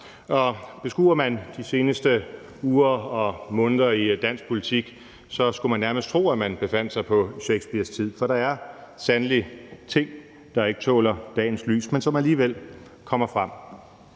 Beskuer man de seneste uger og måneder i dansk politik, skulle man nærmest tro, at man befandt sig på Shakespeares tid, for der er sandelig ting, der ikke tåler dagens lys, men som alligevel kommer frem.